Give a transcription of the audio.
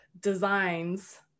designs